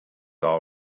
all